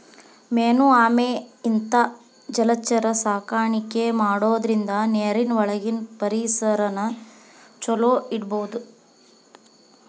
main ಆಮೆ ಇಂತಾ ಜಲಚರ ಸಾಕಾಣಿಕೆ ಮಾಡೋದ್ರಿಂದ ನೇರಿನ ಒಳಗಿನ ಪರಿಸರನ ಚೊಲೋ ಇಡಬೋದು